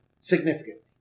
Significantly